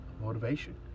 motivation